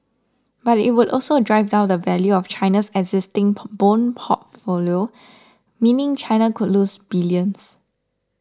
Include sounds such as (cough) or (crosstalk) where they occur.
but it would also drive down the value of China's existing (noise) bond portfolio meaning China could lose billions